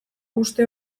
uste